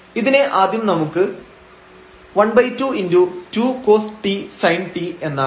ഇതിനെ ആദ്യം നമുക്ക് ½ എന്നാക്കാം